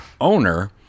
owner